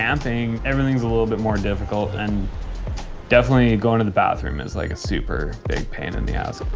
camping, everything's a little bit more difficult and definitely going to the bathroom is like a super, big pain in the ass. i